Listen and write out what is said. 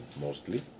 mostly